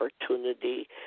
opportunity